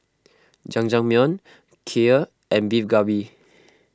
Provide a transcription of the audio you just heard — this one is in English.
Jajangmyeon Kheer and Beef Galbi